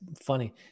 funny